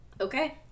okay